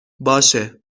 باشه